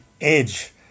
edge